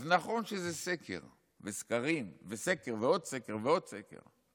אז נכון שזה סקר, וסקרים, וסקר ועוד סקר ועוד סקר,